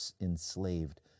enslaved